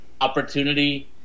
opportunity